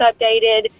updated